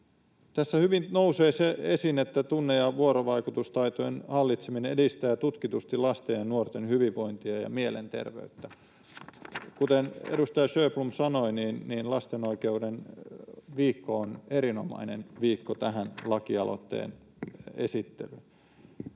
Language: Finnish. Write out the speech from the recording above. Tässä hyvin nousee esiin se, että tunne‑ ja vuorovaikutustaitojen hallitseminen edistää tutkitusti lasten ja nuorten hyvinvointia ja mielenterveyttä. Kuten edustaja Sjöblom sanoi, niin Lapsen oikeuksien viikko on erinomainen viikko tähän lakialoitteen esittelyyn.